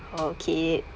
okay